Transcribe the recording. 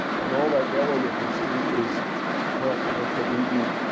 and all that yellow that you see is plant life that we eat.